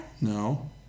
No